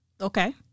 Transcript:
Okay